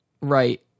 right